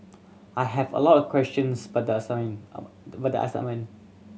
I have a lot of questions about the assignment of but the assignment